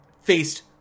faced